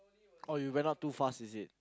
oh you went out too fast is it